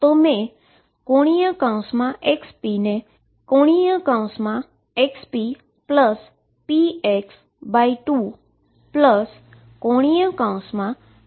તો મેં ⟨xp⟩ ને ⟨xppx⟩2⟨xp px⟩2 તરીકે લખ્યુ છે